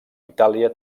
itàlia